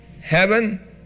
Heaven